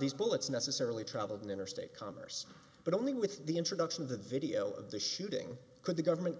these bullets necessarily traveled in interstate commerce but only with the introduction of the video of the shooting could the government